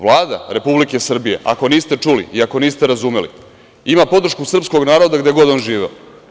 Vlada Republike Srbije, ako niste čuli i ako niste razumeli, ima podršku srpskog naroda gde god on živeo.